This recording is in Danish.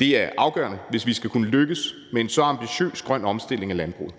Det er afgørende, hvis vi skal kunne lykkes med en så ambitiøs grøn omstilling af landbruget.